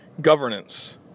governance